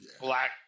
Black